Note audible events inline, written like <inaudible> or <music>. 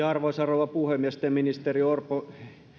<unintelligible> arvoisa rouva puhemies te ministeri orpo